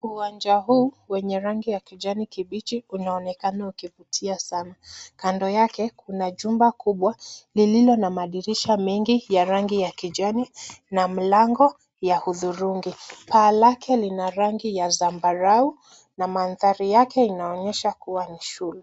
Uwanja huu wenye rangi ya kijani kibichi, unaonekana ukivutia sana. Kando yake kuna jumba kubwa lilio na madirisha mengi ya rangi ya kijani na mlango ya hudhurungi. Paa lake lina rangi ya zambarau, na mandhari yake inaonyesha kua ni shule.